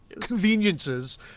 conveniences